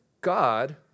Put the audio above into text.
God